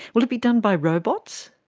will it be done by robots?